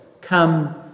come